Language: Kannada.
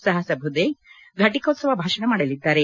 ಸಹಸ್ರಬುಧೆ ಘಟಕೋತ್ಸವ ಭಾಷಣ ಮಾಡಲಿದ್ದಾರೆ